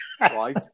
right